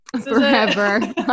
forever